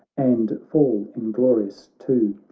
and fall inglorious too!